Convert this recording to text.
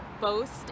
boast